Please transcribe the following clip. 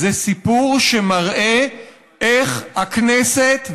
זה סיפור שמראה איך הכנסת,